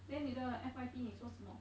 then 你的 F_Y_P 你做什么